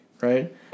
right